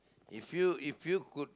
if you if you could